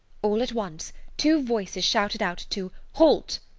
all at once two voices shouted out to halt!